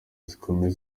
zikomeye